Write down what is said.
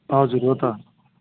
हजुर हो त